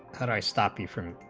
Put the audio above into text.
said i stop you from